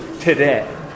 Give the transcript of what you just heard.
today